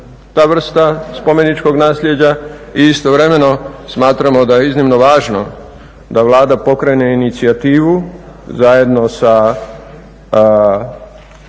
ta vrsta spomeničkog naslijeđa i istovremeno smatramo da je iznimno važno da Vlada pokrene inicijativu zajedno sa